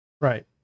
Right